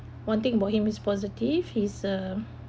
one thing about him is positive his uh